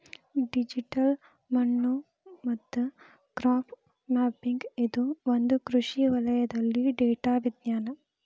digital ಮಣ್ಣು ಮತ್ತು crop mapping ಇದು ಒಂದು ಕೃಷಿ ವಲಯದಲ್ಲಿ ಡೇಟಾ ವಿಜ್ಞಾನ